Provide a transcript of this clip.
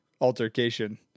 altercation